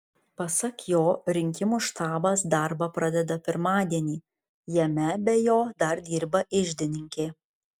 pasak jo rinkimų štabas darbą pradeda pirmadienį jame be jo dar dirba iždininkė